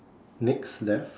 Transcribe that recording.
next left